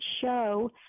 show